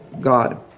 God